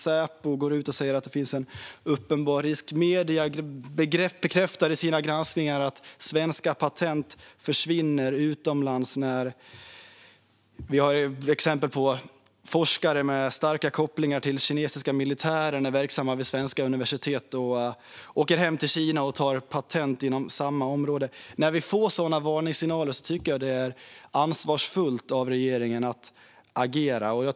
Säpo går ut och säger att det finns en uppenbar risk. Medierna bekräftar i sina granskningar att svenska patent försvinner utomlands. Vi har exempel där forskare med starka kopplingar till den kinesiska militären är verksamma vid svenska universitet och åker hem till Kina och tar patent inom samma område. När vi får sådana varningssignaler tycker jag att det är ansvarsfullt av regeringen att agera.